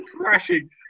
crashing